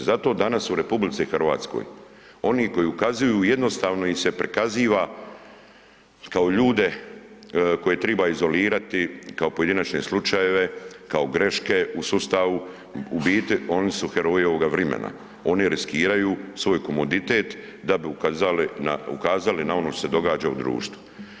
Zato danas u RH oni koji ukazuju jednostavno ih se prikaziva kao ljude koje triba izolirati kao pojedinačne slučajeve, kao greške u sustavu, u biti oni su heroji ovoga vrimena, oni riskiraju svoj komoditet da bi ukazali na ono što se događa u društvu.